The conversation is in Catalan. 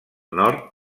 nord